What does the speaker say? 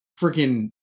freaking